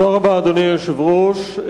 אדוני היושב-ראש,